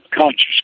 conscious